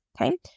okay